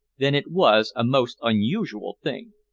then it was a most unusual thing.